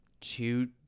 two